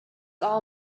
all